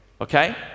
okay